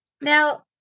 Now